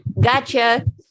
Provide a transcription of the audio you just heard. gotcha